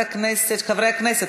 חברי כנסת,